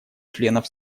членов